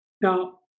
Now